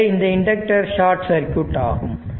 எனவே இந்த inductor short circuit ஆகும்